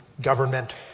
government